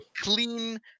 clean